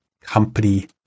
company